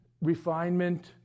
refinement